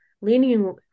leaning